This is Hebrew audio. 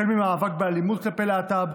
ממאבק באלימות כלפי להט"ב,